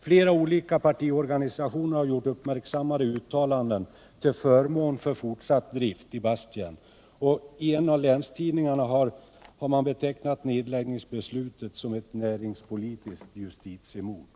Flera olika partiorganisationer har gjort uppmärksammade uttalanden till förmån för fortsatt drift i Basttjärn och en av länstidningarna har betecknat nedläggningsbeslutet som ct ”näringspolitiskt justitiemord”.